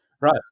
right